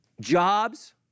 jobs